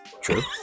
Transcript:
True